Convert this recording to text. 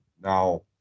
Now